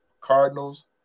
Cardinals